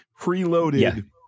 preloaded